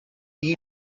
each